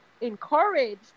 encouraged